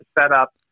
setup